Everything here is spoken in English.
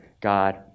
God